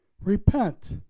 Repent